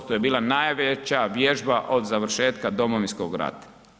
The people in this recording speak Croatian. To je bila najveća vježba od završetka Domovinskog rata.